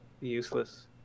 useless